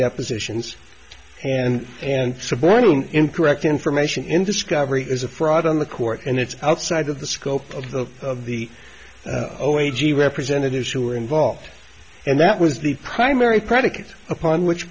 depositions and and suborning incorrect information in discovery is a fraud on the court and it's outside of the scope of the of the o a g representatives who are involved and that was the primary predicate upon which